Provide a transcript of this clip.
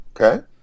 Okay